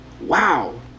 Wow